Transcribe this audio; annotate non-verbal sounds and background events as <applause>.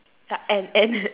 ah end end <laughs>